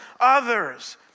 others